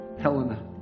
Helena